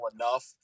enough